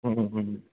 ਹੂੰ